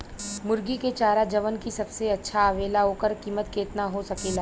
मुर्गी के चारा जवन की सबसे अच्छा आवेला ओकर कीमत केतना हो सकेला?